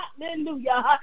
hallelujah